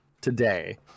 today